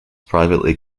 privately